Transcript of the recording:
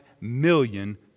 million